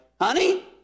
honey